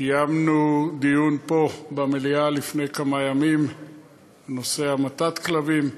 קיימנו דיון פה במליאה לפני כמה ימים בנושא המתת כלבים.